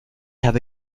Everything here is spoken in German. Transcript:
habe